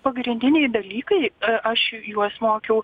pagrindiniai dalykai aš juos mokiau